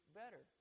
better